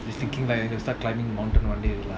just thinking lah you know start climbing mountain one day lah